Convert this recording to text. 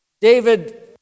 David